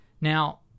Now